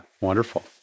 wonderful